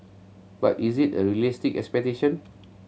but is it a realistic expectation